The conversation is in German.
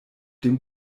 dem